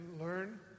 learn